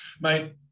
mate